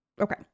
Okay